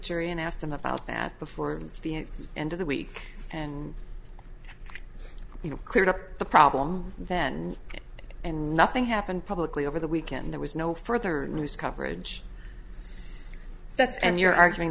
jury and asked them about that before the end of the week and you cleared up the problem then and nothing happened publicly over the weekend there was no further news coverage that's and you're arguing